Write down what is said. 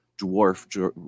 dwarf